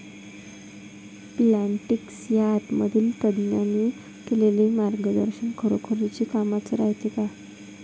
Plantix या ॲपमधील तज्ज्ञांनी केलेली मार्गदर्शन खरोखरीच कामाचं रायते का?